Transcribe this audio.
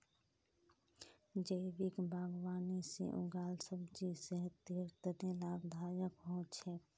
जैविक बागवानी से उगाल सब्जी सेहतेर तने लाभदायक हो छेक